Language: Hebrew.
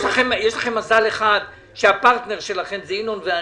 יש לכם מזל אחד, שהפרטנר שלכם זה ינון ואני.